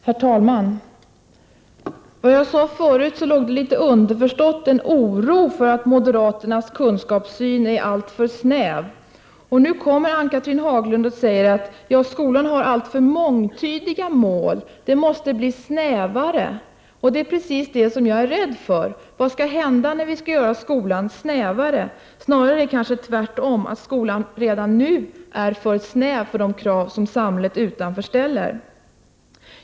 Herr talman! I det jag sade förut låg litet underförstått en oro för att moderaternas kunskapssyn är alltför snäv. Nu kommer Ann-Cathrine Haglund och säger att skolan har alltför mångtydiga mål. De måste bli snävare. Det är precis vad jag är rädd för. Vad skall hända om vi gör skolan snävare? Snarare är det kanske tvärtom, att skolan redan nu är för snäv för de krav som samhället utanför ställer på den.